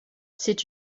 c’est